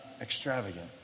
extravagant